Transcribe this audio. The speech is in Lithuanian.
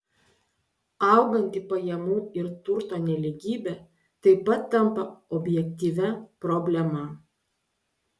auganti pajamų ir turto nelygybė taip pat tampa objektyvia problema